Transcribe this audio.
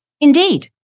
Indeed